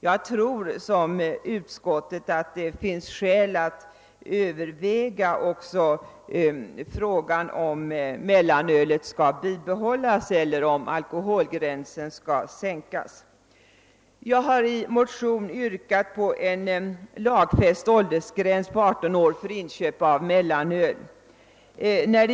Jag tror som utskottet att det kan finnas skäl att överväga också frågan om mellanölet skall bibehållas eller om alkoholgränsen skall sänkas. I en motion har jag yrkat på en lagfäst åldersgräns på 18 år för inköp av mellanöl.